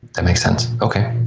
that makes sense, okay.